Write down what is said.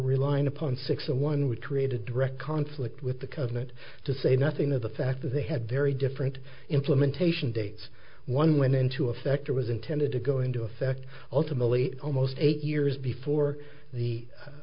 relying upon six to one would create a direct conflict with the covenant to say nothing of the fact that they had very different implementation dates one went into effect or was intended to go into effect ultimately almost eight years before the